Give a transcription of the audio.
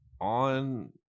on